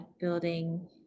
building